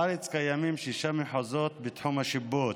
בארץ קיימים שישה מחוזות בתחום השיפוט,